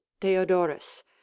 Theodorus